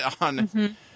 on